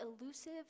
elusive